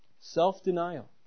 Self-denial